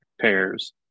pairs